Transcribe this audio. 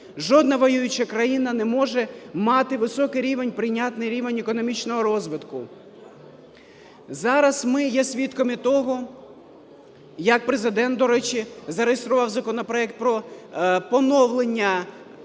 Жодна воююча країна не може мати високий рівень, прийнятний рівень економічного розвитку. Зараз ми є свідками того, як Президент, до речі, зареєстрував законопроект про відновлення